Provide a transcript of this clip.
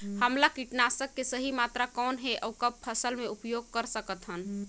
हमला कीटनाशक के सही मात्रा कौन हे अउ कब फसल मे उपयोग कर सकत हन?